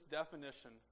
definition